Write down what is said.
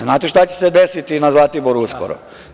Znate šta će se desiti na Zlatiboru uskoro?